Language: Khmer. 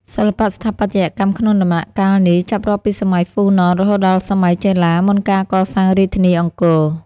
សិល្បៈស្ថាបត្យកម្មក្នុងដំណាក់កាលនេះ ចាប់រាប់ពីសម័យហ្វូណន រហូតដល់សម័យចេនឡា មុនការកសាងរាជធានីអង្គរ។